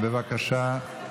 בבקשה,